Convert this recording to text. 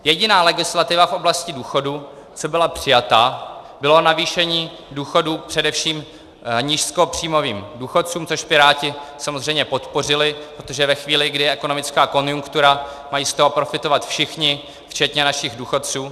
Jediná legislativa v oblasti důchodů, co byla přijata, bylo navýšení důchodů především nízkopříjmovým důchodcům, což Piráti samozřejmě podpořili, protože ve chvíli, kdy je ekonomická konjunktura, mají z toho profitovat všichni, včetně našich důchodců.